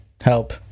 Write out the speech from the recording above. help